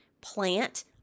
Plant